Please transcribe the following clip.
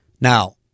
Now